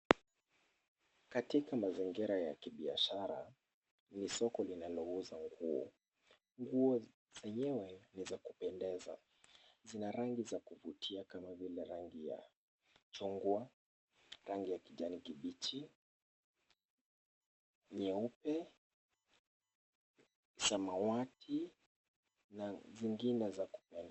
Katika mazingira ya kibiashara, ni soko linalouza nguo, nguo zenyewe ni za kupendeza. Zina rangi za kuvutia kama vile rangi ya chungwa, rangi ya kijani kibichi, nyeupe, samawati na zingine za kupendeza.